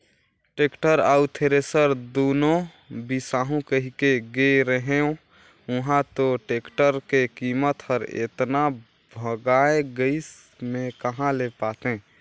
tractor अउ thresher दुनो बिसाहू कहिके गे रेहेंव उंहा तो टेक्टर के कीमत हर एतना भंगाए गइस में कहा ले पातें